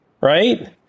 Right